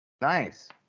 Nice